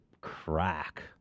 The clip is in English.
crack